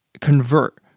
convert